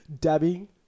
Dabbing